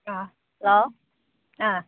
ꯑꯥ hello ꯑꯥ